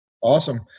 Awesome